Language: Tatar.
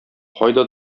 кайда